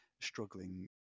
struggling